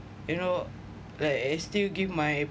you know like I still give my